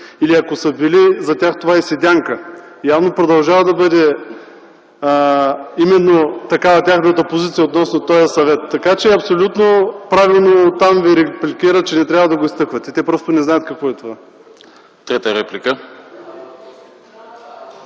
или ако са били, за тях това е седянка. Явно продължава да бъде именно такава тяхната позиция относно този Съвет. Абсолютно правилно там Ви репликират, че не трябва да го изтъквате това. Те просто не знаят какво е това. (Оживление.)